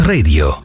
Radio